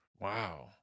Wow